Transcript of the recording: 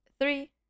Three